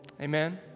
Amen